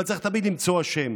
אבל צריך תמיד למצוא אשם.